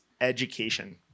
education